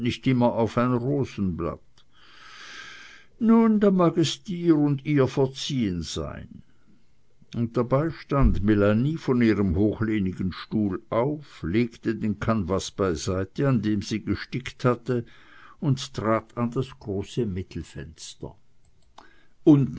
immer auf ein rosenblatt nun da mag es dir und ihr verziehen sein und dabei stand melanie von ihrem hochlehnigen stuhl auf legte den kanevas beiseite an dem sie gestickt hatte und trat an das große mittelfenster unten